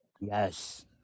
Yes